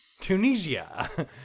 Tunisia